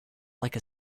like